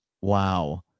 Wow